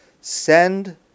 Send